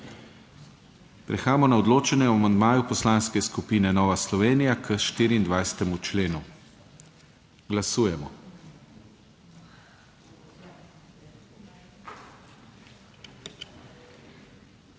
Prehajamo na odločanje o amandmaju Poslanske skupine Nova Slovenija k 24. členu. Glasujemo.